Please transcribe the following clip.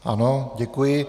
Ano děkuji.